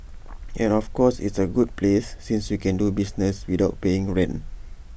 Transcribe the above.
and of course it's A good place since you can do business without paying rent